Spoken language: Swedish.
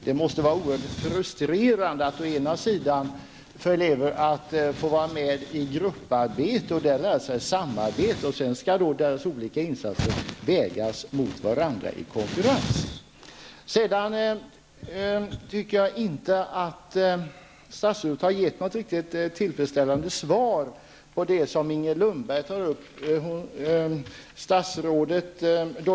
Det måste ju vara oerhört frustrerande för eleverna att vara med i grupparbeten där de lär sig samarbete för att sedan få uppleva att deras olika insatser i konkurrens vägs mot varandra. Vidare vill jag säga att jag inte tycker att statsrådet har gett ett riktigt tillfredsställande svar på de frågor som Inger Lundberg ställer till statsrådet.